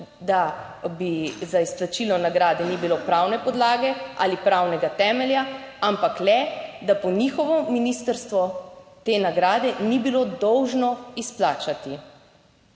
da bi za izplačilo nagrade ni bilo pravne podlage ali pravnega temelja, ampak le, da po njihovo ministrstvo te nagrade ni bilo dolžno izplačati.